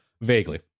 vaguely